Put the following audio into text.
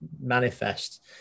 manifest